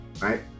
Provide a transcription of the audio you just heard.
Right